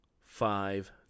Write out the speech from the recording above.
five